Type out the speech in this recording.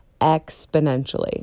exponentially